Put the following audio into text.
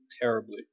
terribly